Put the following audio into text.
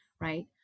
right